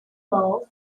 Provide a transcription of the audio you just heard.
law